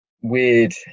Weird